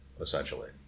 essentially